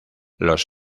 los